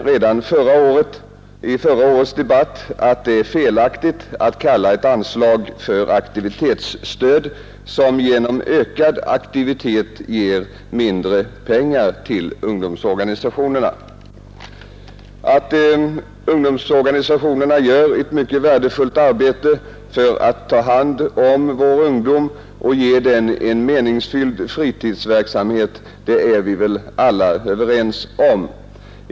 Vi konstaterade redan i förra årets debatt, att det är felaktigt att kalla ett anslag för aktivitetsstöd, när ökad aktivitet ger mindre pengar till ungdomsorganisationerna. Att ungdomsorganisationerna utför ett mycket värdefullt arbete för att ta hand om vår ungdom och ge den en meningsfylld fritidsverksamhet, är vi väl alla överens om.